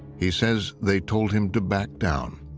he says they told him to back down.